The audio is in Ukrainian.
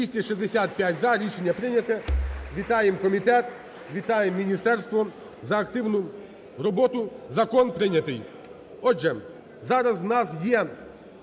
За-265 Рішення прийняте. Вітаємо комітет, вітаємо міністерство за активну роботу. Закон прийнятий. Отже зараз у нас є